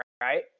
right